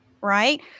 right